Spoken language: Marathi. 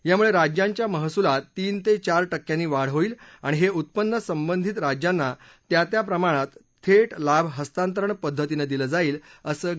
यामुळे राज्यांच्या महसुलात तीन ते चार टक्क्यांनी वाढ होईल आणि हे उत्पन्न संबंधित राज्यांना त्या त्या प्रमाणात थेट लाभ हस्तांतरण पद्धतीनं दिलं जाईल असं गडकरी यांनी सांगितलं